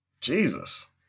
Jesus